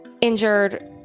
injured